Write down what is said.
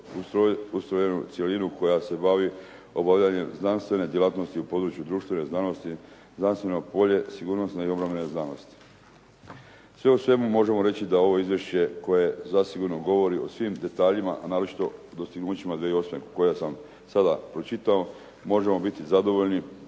ustrojenu cjelinu koja se bavi obavljanjem znanstvene djelatnosti u području društvene znanosti, znanstveno polje, sigurnosne i obrambene znanosti. Sve u svemu možemo reći da ovo izvješće koje zasigurno govori o svim detaljima, a naročito dostignućima 2008. koja sam sada pročitao možemo biti zadovoljni,